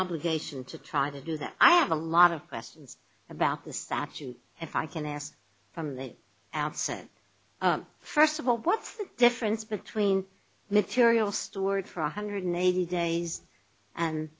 obligation to try to do that i have a lot of questions about the statute if i can ask from that outset first of all what's the difference between material stored for one hundred eighty days and